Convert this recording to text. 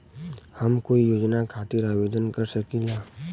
हम कोई योजना खातिर आवेदन कर सकीला?